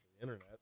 internet